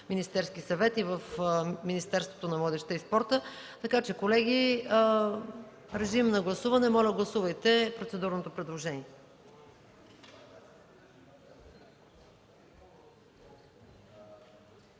Министерския съвет и в Министерството на младежта и спорта. Така че, колеги, моля, гласувайте процедурното предложение.